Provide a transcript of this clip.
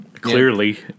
Clearly